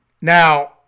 Now